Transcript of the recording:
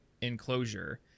enclosure